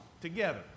together